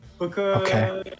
Okay